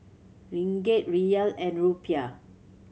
Ringgit Riyal and Rupiah